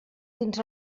dins